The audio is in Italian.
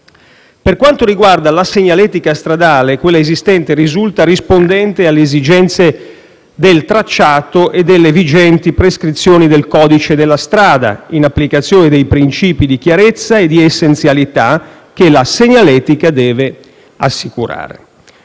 Per quanto riguarda la segnaletica stradale, quella esistente risulta rispondente alle esigenze del tracciato e alle vigenti prescrizioni del codice della strada, in applicazione dei princìpi di chiarezza e di essenzialità che la segnaletica deve assicurare.